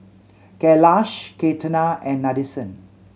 Kailash Ketna and Nadesan